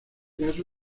caso